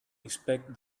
inspect